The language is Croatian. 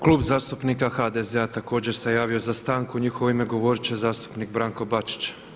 Klub zastupnika HDZ-a također se javio za stanku u njihovo ime govorit će zastupnik Branko Bačić.